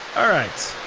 alright.